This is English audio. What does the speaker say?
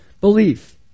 belief